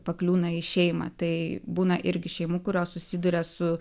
pakliūna į šeimą tai būna irgi šeimų kurios susiduria su